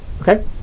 Okay